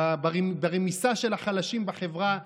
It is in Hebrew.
ברמיסה של החלשים בחברה,